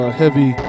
heavy